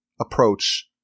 approach